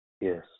Yes